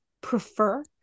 prefer